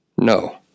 No